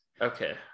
Okay